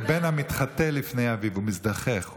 כי בן המתחטא לפני אביו, הוא מזדכך.